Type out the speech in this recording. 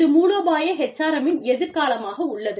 இது மூலோபாய HRM -இன் எதிர்காலமாக உள்ளது